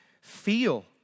feel